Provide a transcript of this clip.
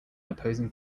opposing